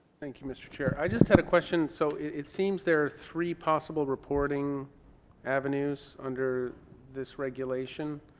thank you, mr. chair. i just had a question. so it seems there are three possible reporting avenues under this regulation,